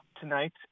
tonight